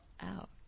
out